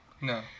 No